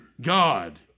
God